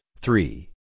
three